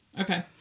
okay